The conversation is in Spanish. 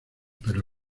pero